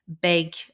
big